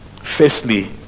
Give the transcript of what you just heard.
Firstly